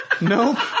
No